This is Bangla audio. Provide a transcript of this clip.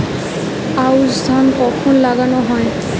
আউশ ধান কখন লাগানো হয়?